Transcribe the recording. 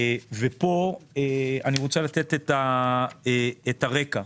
פה אני רוצה לתת את הרקע.